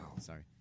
Sorry